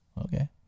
Okay